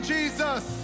Jesus